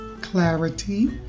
clarity